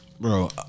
Bro